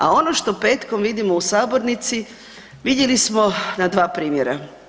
A ono što petkom vidimo u sabornici vidjeli smo na dva primjera.